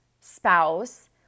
spouse